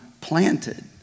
planted